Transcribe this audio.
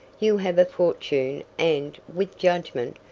you have a fortune and, with judgment,